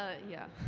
ah yeah.